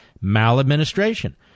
maladministration